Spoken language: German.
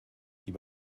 die